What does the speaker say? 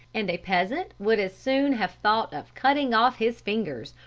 and a peasant would as soon have thought of cutting off his fingers,